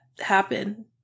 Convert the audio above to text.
happen